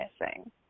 missing